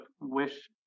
wish